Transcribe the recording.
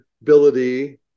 ability